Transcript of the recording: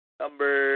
number